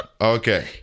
okay